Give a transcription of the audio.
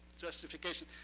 justification,